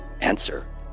answer